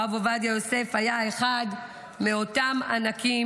הרב עובדיה יוסף היה אחד מאותם ענקים,